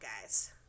guys